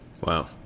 Wow